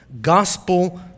gospel